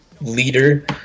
leader